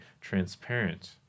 transparent